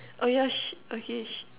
oh yeah shit okay shit